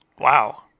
Wow